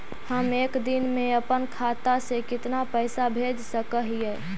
हम एक दिन में अपन खाता से कितना पैसा भेज सक हिय?